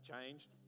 changed